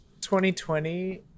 2020